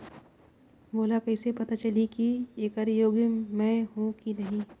मोला कइसे पता चलही की येकर योग्य मैं हों की नहीं?